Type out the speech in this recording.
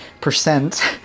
percent